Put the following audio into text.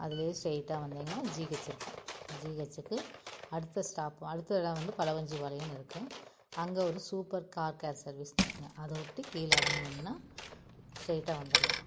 அதிலயே ஸ்ட்ரெயிட்டாக வந்திங்கனால் ஜிஹச் இருக்கும் ஜிஹச்க்கு அடுத்த ஸ்டாப்பு அடுத்த இடம் வந்து பலவஞ்சிபாளையம்னு இருக்கும் அங்கே ஒரு சூப்பர் கார் கேர் சர்விசுன்னு இருக்கும் அதைவொட்டி கீழே இறங்குனிங்கனா ஸ்ட்ரெயிட்டாக வந்துடலாம்